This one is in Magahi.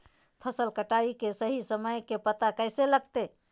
फसल कटाई के सही समय के पता कैसे लगते?